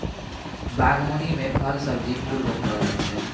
बागवानी मे फल, सब्जी, फूल रौपलो जाय छै